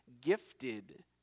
gifted